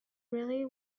really